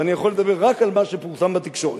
ואני יכול לדבר רק על מה שפורסם בתקשורת,